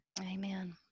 Amen